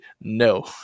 no